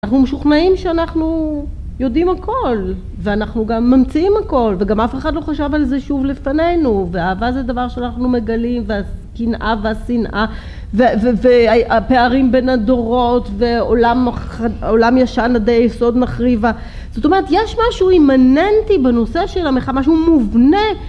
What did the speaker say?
אנחנו משוכנעים שאנחנו יודעים הכל, ואנחנו גם ממציאים הכל, וגם אף אחד לא חשב על זה שוב לפנינו, ואהבה זה דבר שאנחנו מגלים, והקנאה והשנאה, והפערים בין הדורות, ועולם ישן עדי יסוד נחריבה, זאת אומרת יש משהו אימננטי בנושא של המחאה, משהו מובנה